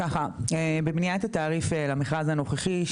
ככה: בבניית התעריף למכרז הנוכחי,